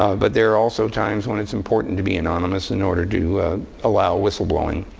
um but there are also times when it's important to be anonymous in order to allow whistleblowing.